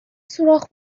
سوراخ